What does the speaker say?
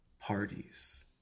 parties